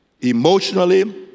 emotionally